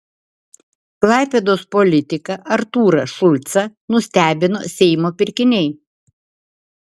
klaipėdos politiką artūrą šulcą nustebino seimo pirkiniai